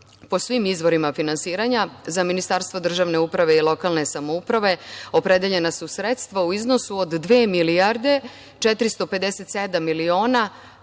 po svim izvorima finansiranja za Ministarstvo državne uprave i lokalne samouprave opredeljena su sredstva u iznosu od dve milijarde 457 miliona